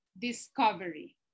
discovery